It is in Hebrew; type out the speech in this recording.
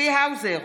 צבי האוזר,